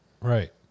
right